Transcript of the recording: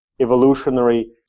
evolutionary